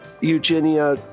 eugenia